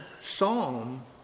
Psalm